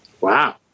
Wow